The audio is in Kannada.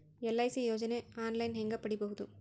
ಎಲ್.ಐ.ಸಿ ಯೋಜನೆ ಆನ್ ಲೈನ್ ಹೇಂಗ ಪಡಿಬಹುದು?